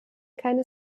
keine